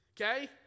Okay